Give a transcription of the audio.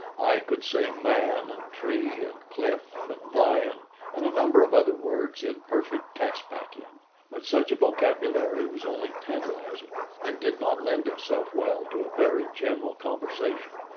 i could say man and tree and cliff and lion and a number of other words in perfect caspakian but such a vocabulary was only tantalizing it did not lend itself well to a very general conversation,